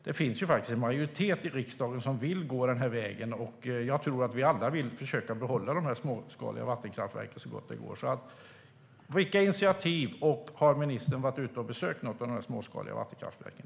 Det finns ju en majoritet i riksdagen som vill gå den här vägen, och jag tror att vi alla vill försöka behålla de här småskaliga vattenkraftverken så gott det går. Vilka initiativ tänker ministern alltså ta, och har ministern varit ute och besökt något av de här småskaliga vattenkraftverken?